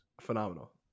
phenomenal